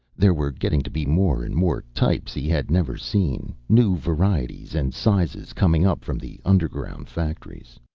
there were getting to be more and more types he had never seen, new varieties and sizes coming up from the underground factories.